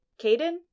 Caden